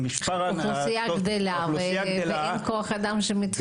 האוכלוסייה גדלה ואין כוח אדם שמתווסף.